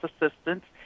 assistance